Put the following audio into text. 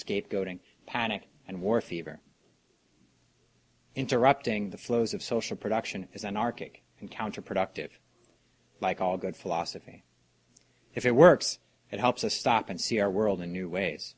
scapegoating panic and war fever interrupting the flows of social production is anarchic and counterproductive like all good philosophy if it works it helps us stop and see our world in new ways